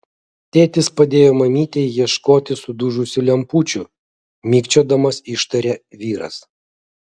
tėtis padėjo mamytei ieškoti sudužusių lempučių mikčiodamas ištarė vyras